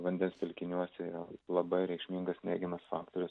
vandens telkiniuose yra labai reikšmingas neigiamas faktorius